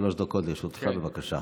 שלוש דקות לרשותך, בבקשה.